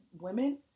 women